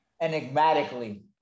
enigmatically